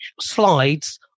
slides